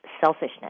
selfishness